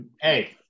Hey